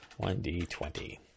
1d20